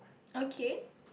okay